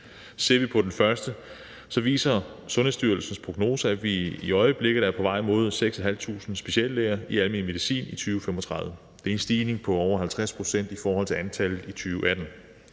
Ser vi på det første, viser Sundhedsstyrelsens prognoser, at vi i øjeblikket er på vej mod 6.500 speciallæger i almen medicin i 2035. Det er en stigning på over 50 pct. i forhold til antallet i 2018.